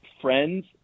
Friends